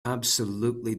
absolutely